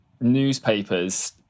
newspapers